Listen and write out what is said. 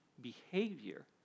behavior